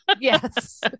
Yes